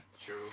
True